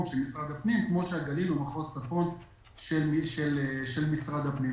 של משרד הפנים כמו שהגליל הוא מחוז צפון של משרד הפנים.